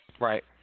Right